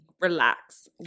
relax